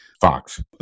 Fox